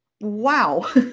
Wow